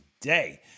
today